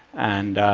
and